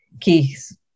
keys